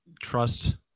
trust